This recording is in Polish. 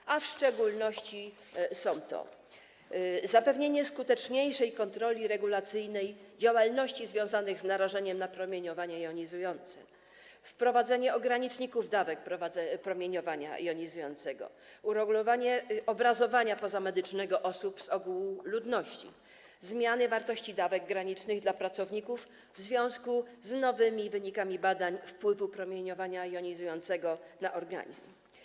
Chodzi tu w szczególności o zapewnienie skuteczniejszej kontroli regulacyjnej działalności związanych z narażeniem na promieniowanie jonizujące, wprowadzenie ograniczników dawek promieniowania jonizującego, uregulowanie obrazowania pozamedycznego osób z ogółu ludności, zmiany wartości dawek granicznych dla pracowników w związku z nowymi wynikami badań wpływu promieniowania jonizującego na organizm.